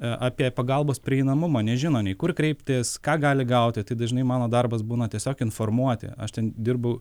apie pagalbos prieinamumą nežino nei kur kreiptis ką gali gauti tai dažnai mano darbas būna tiesiog informuoti aš ten dirbu